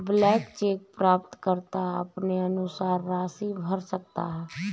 blank cheque प्राप्तकर्ता अपने अनुसार राशि भर सकता है